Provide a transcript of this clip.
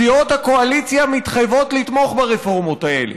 סיעות הקואליציה מתחייבות לתמוך ברפורמות האלה.